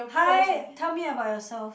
hi tell me about yourself